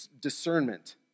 discernment